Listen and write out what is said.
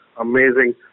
amazing